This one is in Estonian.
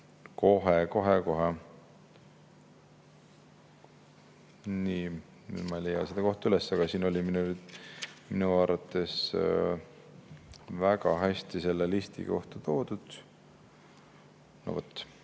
Kohe-kohe-kohe. Ma ei leia seda kohta üles, aga siin oli minu arvates väga hästi selle listi kohta toodud. No ei